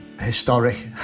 historic